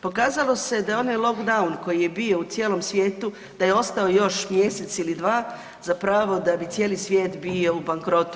Pokazalo se da je onaj lockdown koji je bio u cijelom svijetu, da je ostao još mjesec ili dva, zapravo da bi cijeli svijet bio u bankrotu.